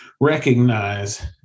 recognize